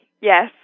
yes